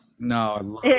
No